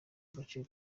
gace